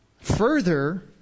Further